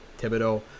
Thibodeau